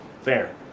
Fair